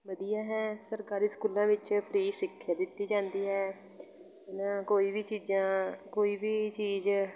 ਵਧੀਆ ਹੈ ਸਰਕਾਰੀ ਸਕੂਲਾਂ ਵਿੱਚ ਫਰੀ ਸਿੱਖਿਆ ਦਿੱਤੀ ਜਾਂਦੀ ਹੈ ਹੈ ਨਾ ਕੋਈ ਵੀ ਚੀਜ਼ਾਂ ਕੋਈ ਵੀ ਚੀਜ਼